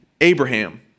Abraham